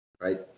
right